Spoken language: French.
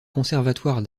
conservatoire